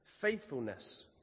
faithfulness